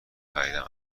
خریدم